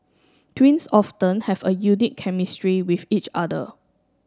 twins often have a unique chemistry with each other